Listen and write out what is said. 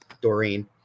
Doreen